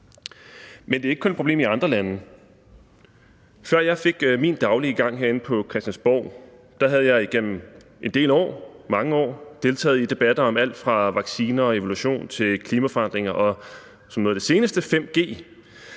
Men det er ikke kun et problem i andre lande. Før jeg fik min daglige gang herinde på Christiansborg, havde jeg igennem mange år deltaget i debatter om alt fra vacciner og evolution til klimaforandringer og som noget af det seneste 5G